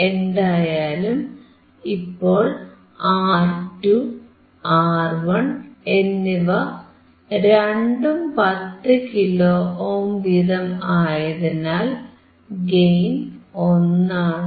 എന്തായാലും ഇപ്പോൾ R2 R1 എന്നിവ രണ്ടും 10 കിലോ ഓം വീതം ആയതിനാൽ ഗെയിൻ 1 ആണ്